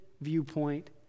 viewpoint